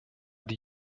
die